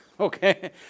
Okay